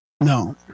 No